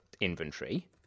inventory